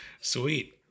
Sweet